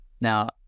Now